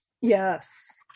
Yes